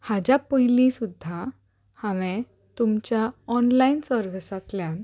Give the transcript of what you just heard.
हाज्या पयलीं सुद्दां हांवें तुमच्या ऑनलायन सर्विसांतल्यान